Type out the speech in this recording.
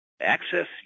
Access